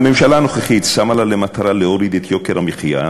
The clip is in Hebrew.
הממשלה הנוכחית שמה לה למטרה להוריד את יוקר המחיה,